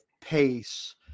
pace